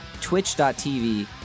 Twitch.tv